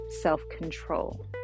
self-control